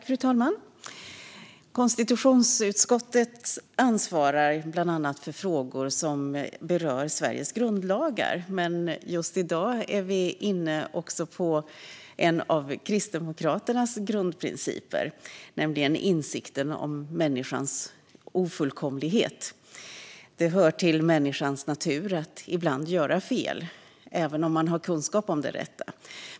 Fru talman! Konstitutionsutskottet ansvarar bland annat för frågor som berör Sveriges grundlagar, men just i dag är vi också inne på en av kristdemokratins grundprinciper, nämligen insikten om människans ofullkomlighet. Det hör till människans natur att ibland göra fel, även om man har kunskap om det rätta.